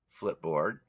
Flipboard